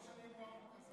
לא משנה אם הוא ארוך או קצר.